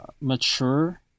mature